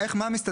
איך מה מסתדר?